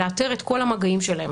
לאתר את כל המגעים שלהם,